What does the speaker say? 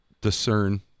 discern